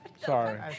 Sorry